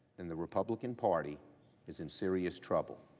and the republican party is in serious trouble.